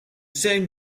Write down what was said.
same